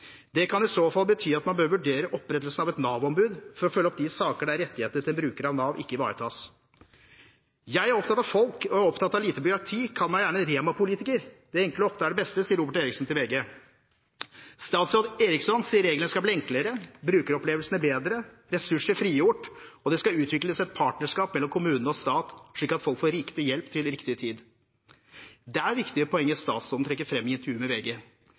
Det kan i så fall bety at man bør vurdere opprettelse av et Nav-ombud for å følge opp de saker der rettighetene til en bruker av Nav ikke ivaretas. «Jeg er opptatt av folk og jeg er opptatt av lite byråkrati. Kall meg gjerne en Rema-politiker: Det enkle er ofte det beste», sier Robert Eriksson til VG. Statsråd Eriksson sier reglene skal bli enklere, brukeropplevelsene bedre, ressurser skal bli frigjort, og det skal utvikles et partnerskap mellom kommune og stat, slik at folk får riktig hjelp til riktig tid. Det er viktige poenger statsråden trekker fram i intervjuet med VG.